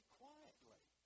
quietly